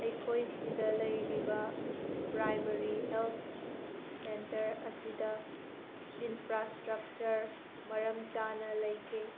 ꯑꯩꯈꯣꯏꯁꯤꯗ ꯂꯩꯔꯤꯕ primary health centre ꯑꯁꯤꯗ ꯏꯟꯐ꯭ꯔꯥꯏꯁꯇ꯭ꯔꯛꯆꯔ ꯃꯔꯝ ꯆꯥꯅ ꯂꯩꯇꯦ